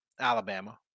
Alabama